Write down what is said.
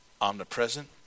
omnipresent